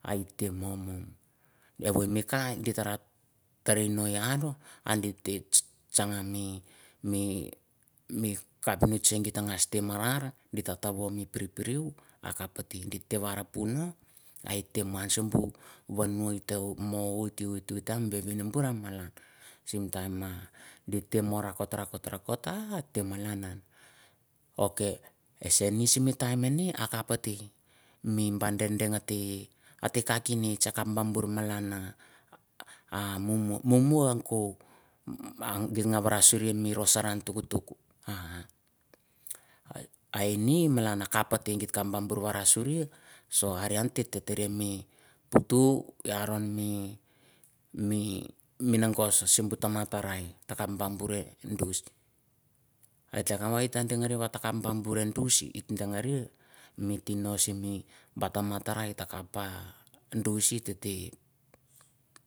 Hiteh moh mou, eh wohoimi cha, dih elah rah tereh yan tsang mi, capnist she ghit gash teh mahrrahr giteh tah woh mi prih prih pruhang. Akaph teh giteh warr phu noh hai teh moh han sim buh woho noh hoi teh waiht, whait han, vehvin birr ha malan. Sim time mah dih teh moh rakot, rakot rah hateh malanan, ok eh senish sim time meneh akap hateh mi bah dang, dang hoteh, cah canist akaph bah burr malanah, ah muh muh ahang coh, ging wam surr hi morroh sharr han tak tak, ah, ah hih malan akaph teh git kaph wan surrhi sorrh hi kan kaph cah burr teh reh mi puh teh baron mi meng neh gos, sim buh tamah tah rai tah kaph bah burr weh dus, hai tah kaph wah dangereh wah toh kaph bah burr weh dahis. Hat dangereh mi tinoh sim mi bah tah mah tah rai tah kaph bar dus hi teh, teh,